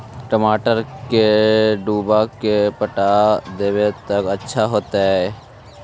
टमाटर के डुबा के पटा देबै त अच्छा होतई?